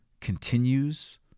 continues